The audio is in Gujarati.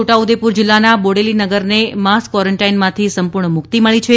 છોટાઉદેપુર જિલ્લાના બોડેલી નગરને માસ ક્વોરોંટાઇનમાંથી સંપૂર્ણ મુક્તિ મળી છે